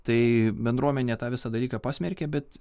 tai bendruomenė tą visą dalyką pasmerkė bet